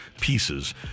pieces